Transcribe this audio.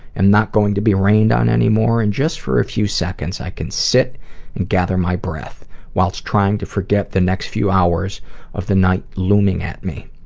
and not going to be rained on anymore and just for a few seconds i can sit and gather my breath whilst trying to forget the next few hours of the night looming at me.